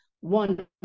one